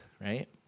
right